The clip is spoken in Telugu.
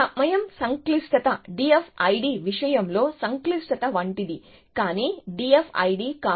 సమయం సంక్లిష్టత DFID విషయంలో సంక్లిష్టత వంటిది కానీ DFID